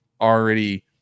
already